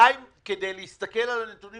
די להסתכל על הנתונים